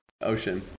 ocean